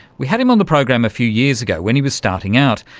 we had him on the program a few years ago when he was starting out,